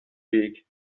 weg